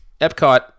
Epcot